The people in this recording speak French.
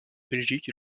belgique